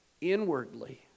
inwardly